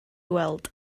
weld